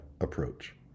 Approach